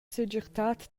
segirtad